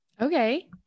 Okay